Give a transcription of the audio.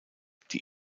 die